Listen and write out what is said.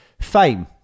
Fame